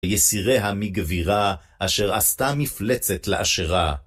יסיריה מגבירה, אשר עשתה מפלצת לאשרה.